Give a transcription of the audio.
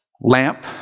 lamp